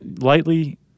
lightly